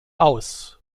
aus